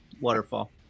waterfall